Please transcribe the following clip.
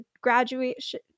graduation